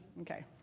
Okay